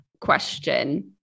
question